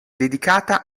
dedicata